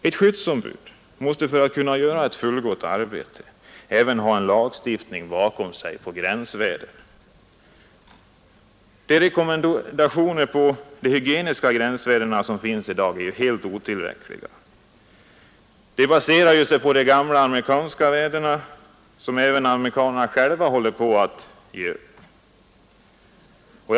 Ett skyddsombud måste för att kunna göra ett fullgott arbete även ha en lagstiftning bakom sig rörande gränsvärdena. De rekommmendationer om de hygieniska gränsvärdena som finns i dag är helt otillräckliga. De baseras ju på de gamla amerikanska värdena, som även amerikanerna själva håller på att gå ifrån.